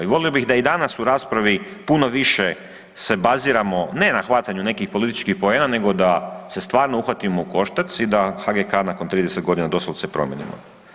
I volio bih da i danas u raspravi puno više se baziramo ne na hvatanju nekih političkih poena nego da se stvarno uhvatimo u koštac i da HGK nakon 30 godina doslovce promijenimo.